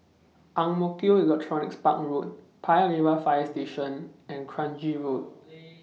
Ang Mo Kio Electronics Park Road Paya Lebar Fire Station and Kranji Road